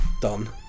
Done